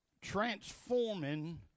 transforming